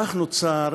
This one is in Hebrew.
כך נוצר